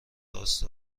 راست